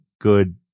good